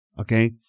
Okay